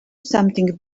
something